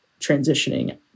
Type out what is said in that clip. transitioning